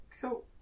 cool